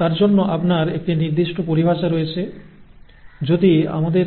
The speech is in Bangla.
তার জন্য আপনার একটি নির্দিষ্ট পরিভাষা রয়েছে যদি আমাদের